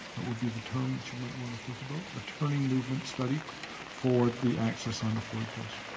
that would be the term that you might want to think about. a turning movement study for the access onto floyd place.